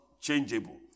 changeable